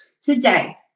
today